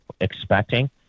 expecting